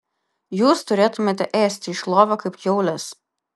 jūs turėtumėte ėsti iš lovio kaip kiaulės